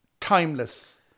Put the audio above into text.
timeless